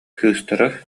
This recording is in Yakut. кыыстара